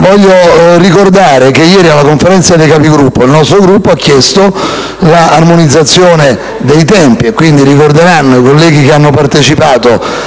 voglio ricordare che ieri alla Conferenza dei Capigruppo il nostro Gruppo ha chiesto l'armonizzazione dei tempi e, quindi, i colleghi che hanno partecipato